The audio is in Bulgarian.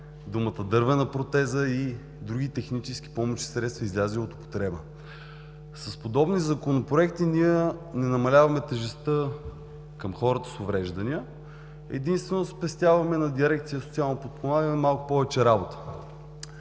думата „дървена протеза“ и други технически помощни средства, излезли от употреба. С подобни законопроекти ние не намаляваме тежестта към хората с увреждания, единствено спестяваме на дирекция „Социално подпомагане“ малко повече работата.